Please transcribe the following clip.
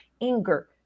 anger